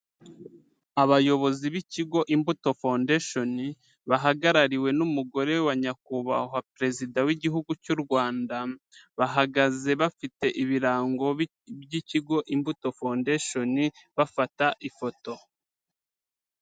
Abayobozi b'Ikigo Imbuto Foundation, bahagarariwe n'Umugore wa Nyakubahwa Perezida w'Igihugu cy'u Rwanda, bahagaze bafite ibirango by'Ikigo Imbuto Foundation bafata ifoto.